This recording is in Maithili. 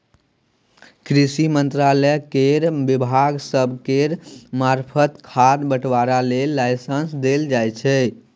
कृषि मंत्रालय केर विभाग सब केर मार्फत खाद बंटवारा लेल लाइसेंस देल जाइ छै